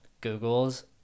Google's